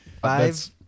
Five